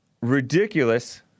ridiculous